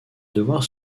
devoir